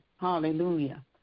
hallelujah